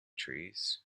trees